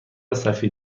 سفید